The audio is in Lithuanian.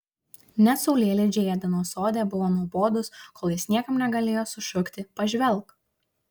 net saulėlydžiai edeno sode buvo nuobodūs kol jis niekam negalėjo sušukti pažvelk